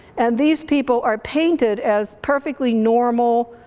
and these people are painted as perfectly normal,